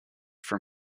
from